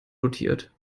dotiert